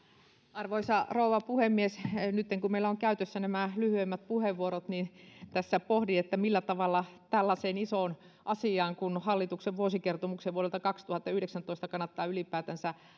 arvoisa rouva puhemies nyt kun meillä on käytössä nämä lyhyemmät puheenvuorot niin tässä pohdin millä tavalla tällaiseen isoon asiaan kuin hallituksen vuosikertomukseen vuodelta kaksituhattayhdeksäntoista kannattaa ylipäätänsä